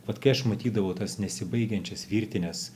vat kai aš matydavau tas nesibaigiančias virtines